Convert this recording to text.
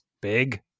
big